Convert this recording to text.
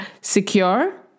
secure